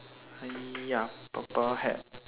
eh ya purple hat